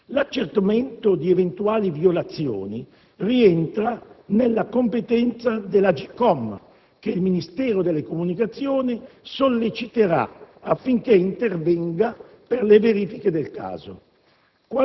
L'accertamento di eventuali violazioni rientra nella competenza dell'AGCOM, che il Ministero delle comunicazioni solleciterà affinché intervenga per le verifiche del caso.